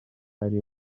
ari